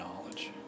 knowledge